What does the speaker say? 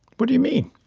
what do you mean?